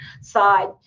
side